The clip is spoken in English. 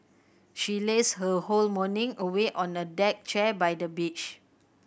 she lazed her whole morning away on a deck chair by the beach